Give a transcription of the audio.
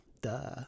Duh